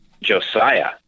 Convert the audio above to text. Josiah